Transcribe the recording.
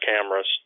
cameras